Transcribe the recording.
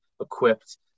equipped